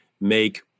make